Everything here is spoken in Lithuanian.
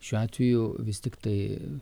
šiuo atveju vis tiktai